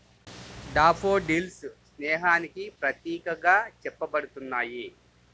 daffodils స్నేహానికి ప్రతీకగా చెప్పబడుతున్నాయి